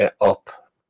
up